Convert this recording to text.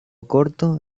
corto